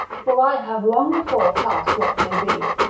for i have long before cast what may be.